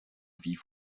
wie